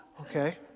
Okay